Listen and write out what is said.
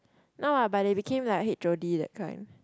no lah but they became like h_o_d that kind